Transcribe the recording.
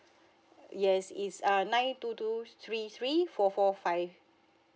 yes it's uh nine two two three three four four five